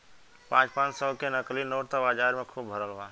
पाँच पाँच सौ के नकली नोट त बाजार में खुब भरल बा